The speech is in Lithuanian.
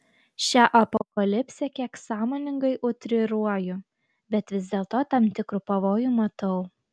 šią apokalipsę kiek sąmoningai utriruoju bet vis dėlto tam tikrų pavojų matau